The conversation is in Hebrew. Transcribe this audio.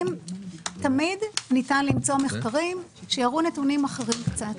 תמיד ניתן למצוא מחקרים שיראו נתונים אחרים קצת,